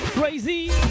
Crazy